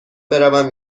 بروم